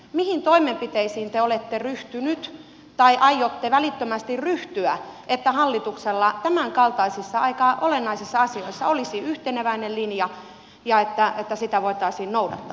mihin toimenpiteisiin te olette ryhtynyt tai aiotte välittömästi ryhtyä että hallituksella tämänkaltaisissa aika olennaisissa asioissa olisi yhteneväinen linja ja että sitä voitaisiin myöskin noudattaa jatkossa